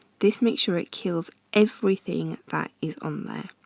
this makes sure it kills everything that is on there.